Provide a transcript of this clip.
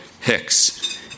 Hicks